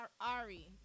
Ari